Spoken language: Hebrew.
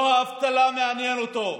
לא האבטלה מעניינת אותו.